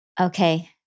Okay